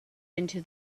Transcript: into